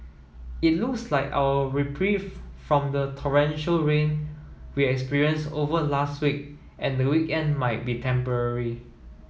it looks like our reprieve from the torrential rain we experienced over last week and the weekend might be temporary